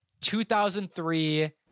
2003 –